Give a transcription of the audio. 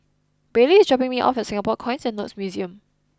Bailey is dropping me off at Singapore Coins and Notes Museum